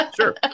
Sure